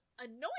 annoying